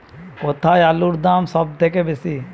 কোথায় আলুর দাম সবথেকে বেশি?